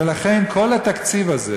ולכן, כל התקציב הזה,